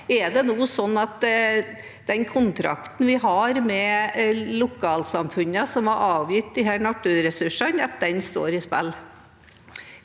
Er det nå sånn at den kontrakten vi har med lokalsamfunnene, som har avgitt disse naturressursene, står på spill?